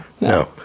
no